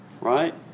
right